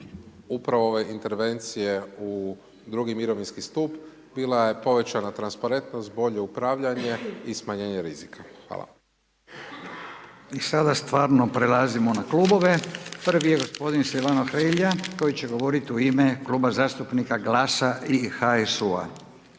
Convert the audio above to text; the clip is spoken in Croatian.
upravo ove intervencije u drugi mirovinski stup, bila je povećana transparentnost, bolje upravljanje i smanjenje rizika. Hvala. **Radin, Furio (Nezavisni)** I sada stvarno prelazimo na klubove, prvi je g. Silvano Hrelja, koji će govoriti u ime Kluba zastupnika GLAS-a i HSU-a.